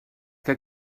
que